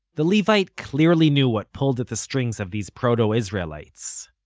the levite clearly knew what pulled at the strings of these proto-israelites.